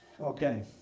Okay